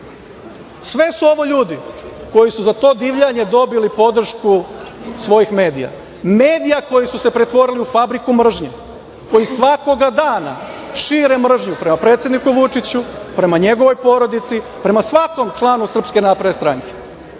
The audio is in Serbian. sve su ovo ljudi koji su za to divljanje dobili podršku svojih medija, medija koji su se pretvorili u fabriku mržnje, koji svakoga dana šire mržnju prema predsedniku Vučiću, prema njegovoj porodici, prema svakom članu SNS, bukvalno